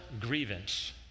grievance